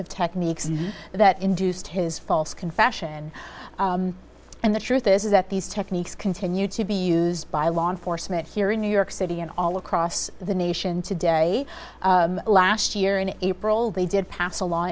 e techniques that induced his false confession and the truth is that these techniques continue to be used by law enforcement here in new york city and all across the nation today last year in april they did pass a law